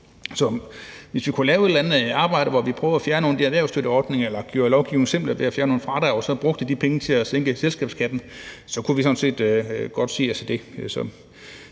hvis vi kunne lave et eller andet arbejde, hvor vi prøver at fjerne nogle af de erhvervsstøtteordninger eller gør lovgivningen simplere ved at fjerne nogle fradrag og så bruger de penge til at sænke selskabsskatten, kunne vi sådan set godt se os i det.